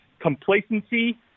Complacency